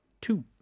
two